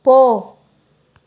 போ